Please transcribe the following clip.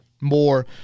More